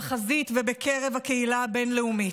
בחזית ובקרב הקהילה הבין-לאומית.